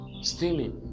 stealing